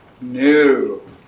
New